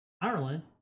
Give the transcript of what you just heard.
Ireland